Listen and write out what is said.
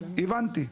הבנתי.